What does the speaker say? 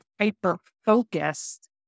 hyper-focused